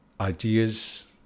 Ideas